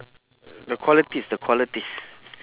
the qualities the qualities